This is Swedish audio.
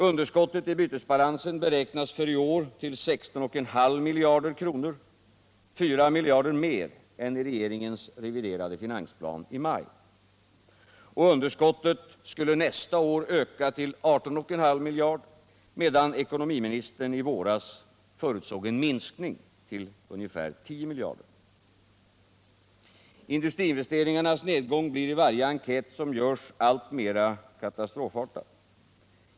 Underskottet i bytesbalansen beräknas för i år till 16,5 miljarder kronor, 4 miljarder mer än i regeringens reviderade finansplan i maj. Och underskottet skulle nästa år öka till 18,5 miljarder, medan ekonomiministern i våras förutsåg en minskning till ca 10 miljarder. Industriinvesteringarnas nedgång blir i varje enkät som görs alltmer katastrofartad.